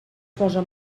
posa